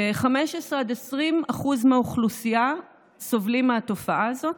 כ-15% עד 20% מהאוכלוסייה סובלים מהתופעה הזאת,